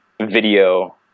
video